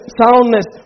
soundness